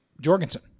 Jorgensen